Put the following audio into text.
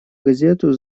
газету